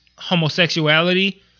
Homosexuality